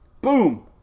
Boom